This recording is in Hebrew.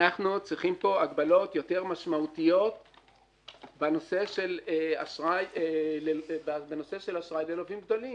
אנחנו צריכים הגבלות יותר משמעותיות בנושא של אשראי ללווים גדולים.